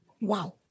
Wow